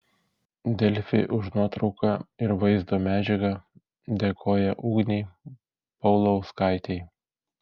delfi už nuotrauką ir vaizdo medžiagą dėkoja ugnei paulauskaitei